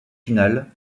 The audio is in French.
final